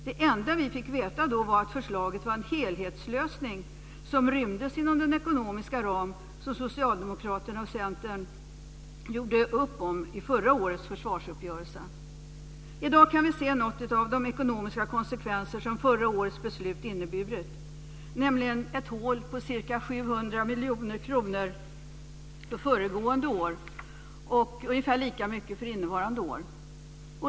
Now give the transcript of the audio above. Det enda vi fick veta då var att förslaget var en helhetslösning som rymdes inom den ekonomiska ram som Socialdemokraterna och Centern gjorde upp om i förra årets försvarsuppgörelse. I dag kan vi se några av de ekonomiska konsekvenser som förra årets beslut inneburit, nämligen ett hål på ca 700 miljoner kronor för föregående år och ungefär lika mycket för innevarande år.